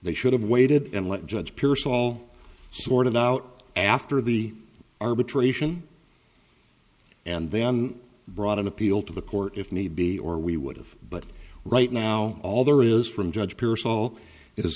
they should have waited and let judge pierce all sorted out after the arbitration and then brought an appeal to the court if need be or we would have but right now all there is from judge pierce all is